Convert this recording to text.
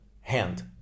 hand